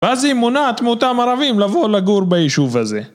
ואז היא מונעת מאותם ערבים לבוא לגור ביישוב הזה